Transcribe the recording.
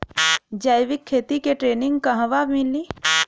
जैविक खेती के ट्रेनिग कहवा मिली?